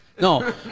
No